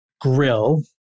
grill